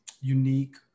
unique